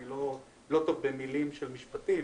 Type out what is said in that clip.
אני לא טוב במילים של משפטים